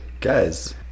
Guys